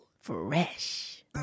Fresh